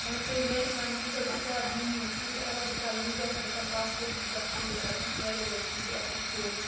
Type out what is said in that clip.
مطلب سٲنۍ گَرٕکۍ وَنان کُنہِ ساتہٕ بہٕ چھَس دَپان مےٚ نِیِو سعودی عرب بہٕ کرٕ ویٖزا تہِ بہٕ کَرٕ پاسپورٹ تہِ بہٕ گژھِٕ سعوٗی عرب مےٚ چھُ واریاہ زیادٕ سعوٗدی عربُک شوق